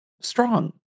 strong